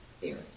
theory